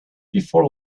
before